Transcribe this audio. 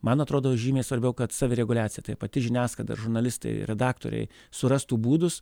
man atrodo žymiai svarbiau kad savireguliacija tai pati žiniasklaida ir žurnalistai redaktoriai surastų būdus